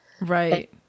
Right